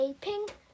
pink